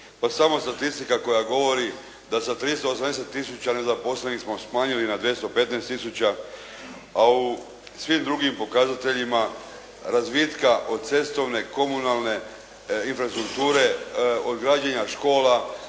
Pa samo statistika koja govori da sa 380 tisuća nezaposlenih smo smanjili na 215 tisuća. A u svim drugim pokazateljima razvitka od cestovne, komunalne infrastrukture, od građenja škola,